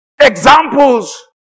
Examples